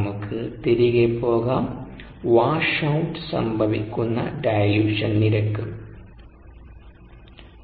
നമുക്ക് തിരികെ പോകാം വാഷഔട്ട് സംഭവിക്കുന്ന ഡൈല്യൂഷൻ നിരക്ക്